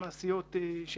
יש